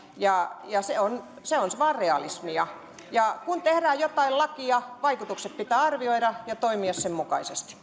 ja se on se on vain realismia kun tehdään jotain lakia vaikutukset pitää arvioida ja toimia sen mukaisesti